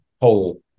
whole